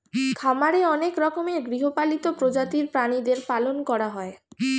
খামারে অনেক রকমের গৃহপালিত প্রজাতির প্রাণীদের পালন করা হয়